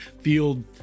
field